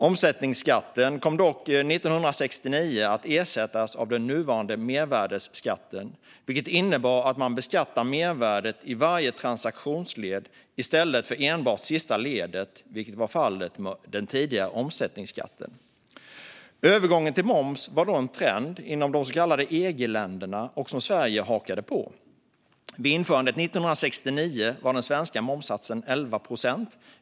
Omsättningsskatten kom dock 1969 att ersättas av den nuvarande mervärdesskatten, vilket innebar att man beskattade mervärdet i varje transaktionsled i stället för enbart det sista ledet, vilket var fallet med den tidigare omsättningsskatten. Övergången till moms var då en trend inom de så kallade EG-länderna, och Sverige hakade på den. Vid införandet 1969 var den svenska momssatsen 11 procent.